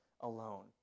alone